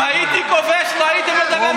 אם הייתי כובש לא הייתי מדבר בשם האו"ם.